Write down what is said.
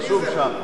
רשום שם.